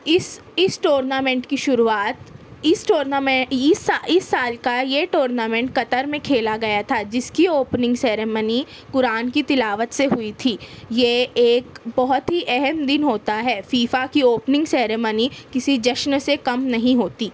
اس اس ٹورنامنٹ کی شروعات اس اس سال اس سال کا یہ ٹورنامنٹ قطر میں کھیلا گیا تھا جس کی اوپننگ سیرومنی قرآن کی تلاوت سے ہوئی تھی یہ ایک بہت ہی اہم دن ہوتا ہے فیفا کی اوپننگ سیرومنی کسی جشن سے کم نہیں ہوتی